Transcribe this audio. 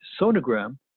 sonogram